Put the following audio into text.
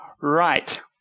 right